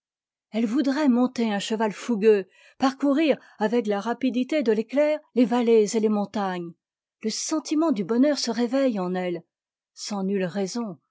eue voudrait monter un cheval fougueux parcourir avec la rapidité de éc air les vallées et les montagnes le sentiment du bonheur se réveille en elle sans nulle raison